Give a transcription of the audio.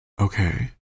okay